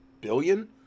billion